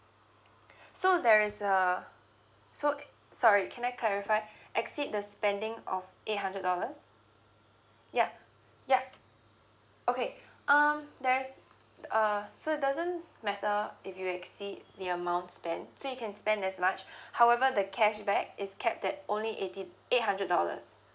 so there is uh so sorry can I clarify exceed the spending of eight hundred dollars yup yup okay um there's uh so it doesn't matter if you exceed the amount of spent so you can spend as much however the cashback is cap at only eighty eight hundred dollars